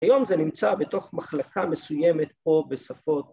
‫היום זה נמצא בתוך מחלקה מסוימת, ‫או בשפות...